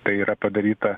tai yra padaryta